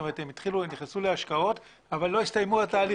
זאת אומרת הם נכנסו להשקעות אבל לא הסתיימו התהליכים.